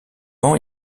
ans